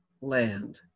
land